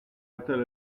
éteint